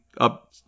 up